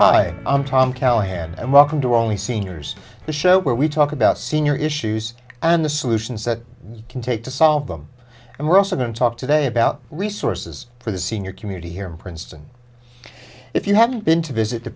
hi i'm tom callahan and welcome to all the seniors the show where we talk about senior issues and the solutions that can take to solve them and we're also going to talk today about resources for the senior community here in princeton if you have been to visit t